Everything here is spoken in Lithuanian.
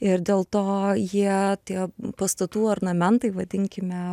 ir dėl to jie tie pastatų ornamentai vadinkime